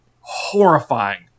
Horrifying